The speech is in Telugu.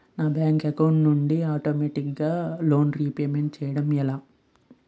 నా బ్యాంక్ అకౌంట్ నుండి ఆటోమేటిగ్గా లోన్ రీపేమెంట్ చేయడం ఎలా?